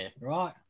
right